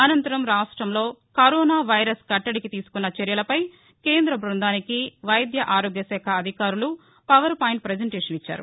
అనంతరం రాష్టంలో corona virus కట్లడికి తీసుకున్న చర్యలపై కేంద్ర బ్బందానికి వైద్య ఆరోగ్య శాఖ అధికారులు పవర్ పాయింట్ పెజెంటేషన్ ఇచ్చారు